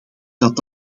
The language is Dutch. dat